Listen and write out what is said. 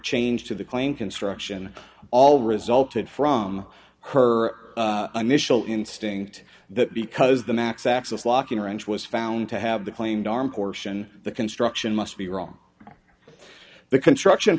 change to the claim construction all resulted from her initial instinct that because the max axis locking range was found to have the claimed arm portion the construction must be wrong the construction